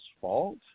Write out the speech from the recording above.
fault